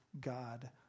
God